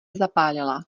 zapálila